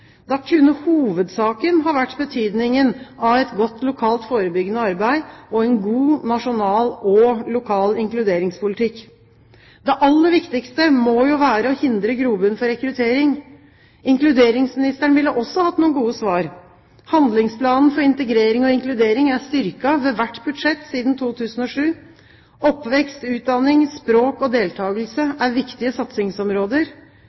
Da kunne hovedsaken ha vært betydningen av et godt lokalt forebyggende arbeid og en god nasjonal og lokal inkluderingspolitikk. Det aller viktigste må jo være å hindre grobunn for rekruttering. Inkluderingsministeren ville også hatt noen gode svar. Handlingsplanen for integrering og inkludering er styrket ved hvert budsjett siden 2007. Oppvekst, utdanning, språk og